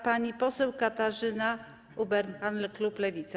Pani poseł Katarzyna Ueberhan, klub Lewica.